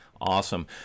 Awesome